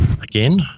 again